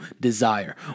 desire